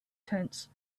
tents